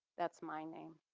that's my name.